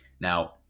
Now